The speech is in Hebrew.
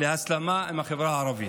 להסלמה עם החברה הערבית.